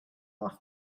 often